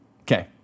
Okay